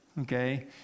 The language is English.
okay